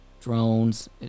drones